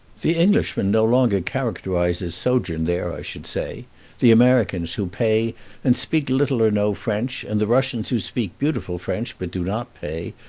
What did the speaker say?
the englishman no longer characterizes sojourn there, i should say the americans, who pay and speak little or no french, and the russians, who speak beautiful french but do not pay,